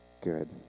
good